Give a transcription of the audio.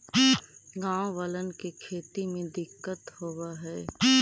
गाँव वालन के खेती में दिक्कत होवऽ हई